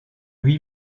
lui